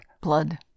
Blood